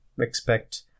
expect